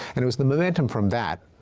and it was the momentum from that,